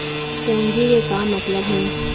पूंजी के का मतलब हे?